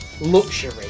luxury